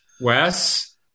Wes